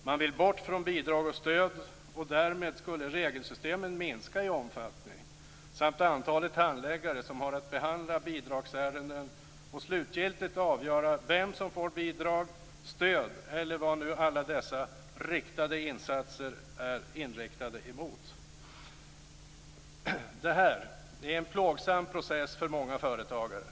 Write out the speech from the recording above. Man vill bort från bidrag och stöd, och därmed skulle regelsystemen minska i omfattning liksom antalet handläggare som har att behandla bidragsärenden och slutgiltigt avgöra vem som får bidrag, stöd eller vad nu alla dessa riktade insatser är inriktade mot. Det här är en plågsam process för många företagare.